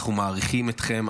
אנחנו מעריכים אתכם.